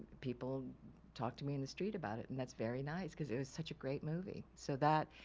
people talked to me in the street about it, and that's very nice because it was such a great movie. so that,